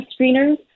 screeners